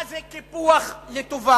מה זה קיפוח לטובה?